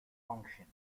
function